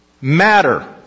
matter